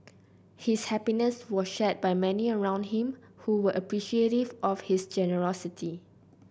his happiness was shared by many around him who were appreciative of his generosity